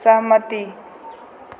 सहमति